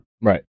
Right